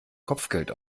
kopfgeld